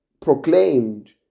proclaimed